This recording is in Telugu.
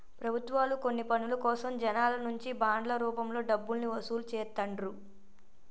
ప్రభుత్వాలు కొన్ని పనుల కోసం జనాల నుంచి బాండ్ల రూపంలో డబ్బుల్ని వసూలు చేత్తండ్రు